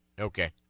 Okay